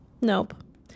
Nope